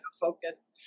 focus